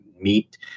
meet